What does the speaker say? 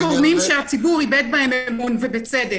כולם גורמים שהציבור איבד בהם אמון, ובצדק.